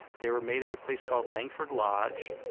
they were made at a place called langford lodge,